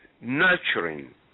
nurturing